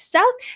South